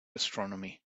astronomy